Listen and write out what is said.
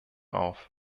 auf